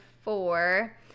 four